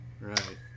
Right